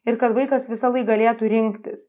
ir kad vaikas visąlaik galėtų rinktis